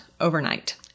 overnight